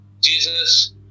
Jesus